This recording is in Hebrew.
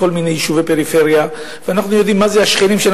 בכל מיני יישובי פריפריה ואנחנו יודעים מה זה כשהשכנים פוגשים אותנו